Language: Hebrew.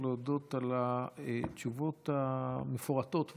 או להודות על התשובות המפורטות והקונסטרוקטיביות.